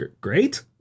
great